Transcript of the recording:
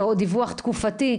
או דיווח תקופתי,